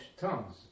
tongues